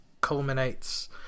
culminates